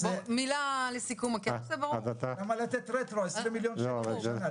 למה לתת רטרו 20 מיליון שקל לשנה?